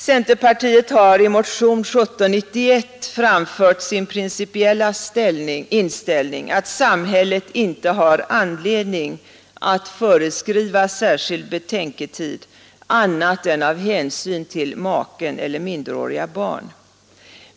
Centerpartiet har i motion 1791 framfört sin principiella inställning att samhället inte har anledning att föreskriva särskild betänketid annat än av hänsyn till maken eller minderåriga barn.